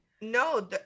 No